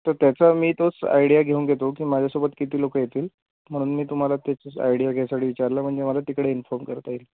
तर त्याचा मी तोच आयडिया घेऊन घेतो की माझ्यासोबत किती लोक येतील म्हणून मी तुम्हाला तेच आयडिया घ्यासाठी विचारलं म्हणजे मला तिकडे इन्फॉर्म करता येईल